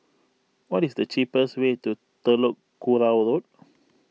what is the cheapest way to Telok Kurau Road